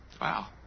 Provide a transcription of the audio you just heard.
Wow